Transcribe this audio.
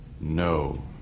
no